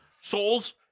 Souls